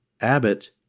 Abbott